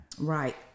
Right